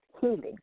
healing